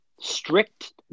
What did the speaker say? strict